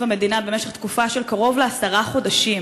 המדינה במשך תקופה של קרוב לעשרה חודשים.